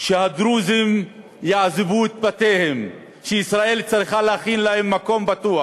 שהדרוזים יעזבו את בתיהם ושישראל צריכה להכין להם מקום בטוח,